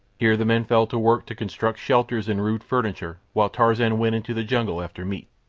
here the men fell to work to construct shelters and rude furniture while tarzan went into the jungle after meat,